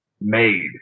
made